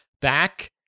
back